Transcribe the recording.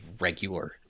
regular